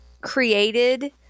created